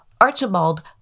Archibald